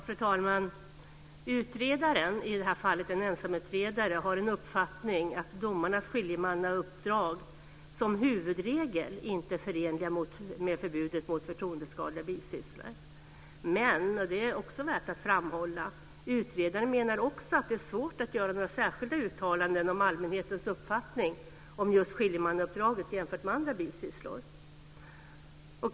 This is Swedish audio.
Fru talman! Utredaren, i det här fallet en ensamutredare, har uppfattningen att domarnas skiljemannauppdrag som huvudregel inte är förenliga med förbudet mot förtoendeskadliga bisysslor. Men, och det är också värt att framhålla, utredaren menar också att det är svårt att göra några särskilda uttalanden om allmänhetens uppfattning om just skiljemannauppdraget jämfört med andra bisysslor.